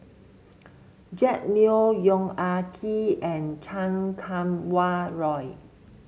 Jack Neo Yong Ah Kee and Chan Kum Wah Roy